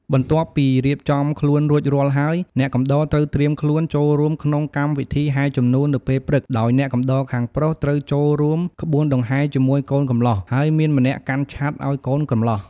បន្ទាប់ពីរៀបចំខ្លួនរួចរាល់ហើយ អ្នកកំដរត្រូវត្រៀមខ្លួនចូលរួមក្នុងកម្មវិធីហែរជំនូននៅពេលព្រឹក ដោយអ្នកកំដរខាងប្រុសត្រូវចូលរួមក្បួនដង្ហែរជាមួយកូនកម្លោះ ហើយមានម្នាក់កាន់ឆ័ត្រឱ្យកូនកម្លោះ។